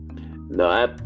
No